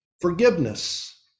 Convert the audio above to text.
forgiveness